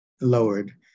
lowered